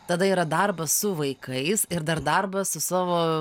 tada yra darbas su vaikais ir dar darbas su savo